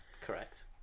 Correct